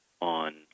on